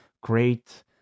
great